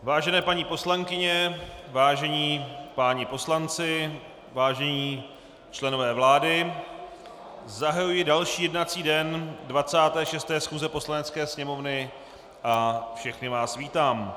Vážené paní poslankyně, vážení páni poslanci, vážení členové vlády, zahajuji další jednací den 26. schůze Poslanecké sněmovny a všechny vás vítám.